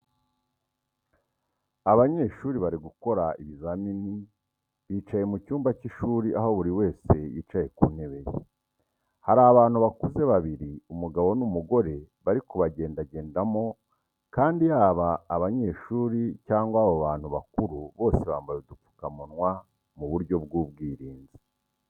Abanyeshuri bari gukora ibizamini bicaye mu cyumba cy'ishuri aho buri wese yicaye ku ntebe ye. Hari abantu bakuze babiri umugabo n'umugore bari kubagendagendamo kandi yaba abanyeshuro cyangwa abo bantu bakuru bose bambaye udupfukamunwa mu buryo bw'ubwirinzi.